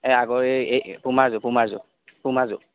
এই আগৰ এই পুমাযোৰ পুমাযোৰ পুমাযোৰ